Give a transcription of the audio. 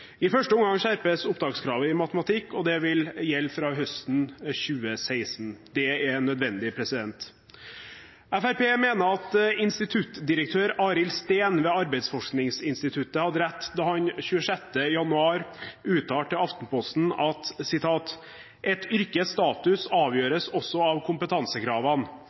I første omgang skjerpes opptakskravet i matematikk, og det vil gjelde fra høsten 2016. Det er nødvendig. Fremskrittspartiet mener at instituttdirektør Arild Steen ved Arbeidsforskningsinstituttet hadde rett da han 26. januar uttalte til Aftenposten: «Et yrkes status avgjøres også av kompetansekravene.